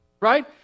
right